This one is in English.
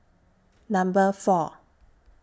Number four